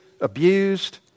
abused